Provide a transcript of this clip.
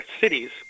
cities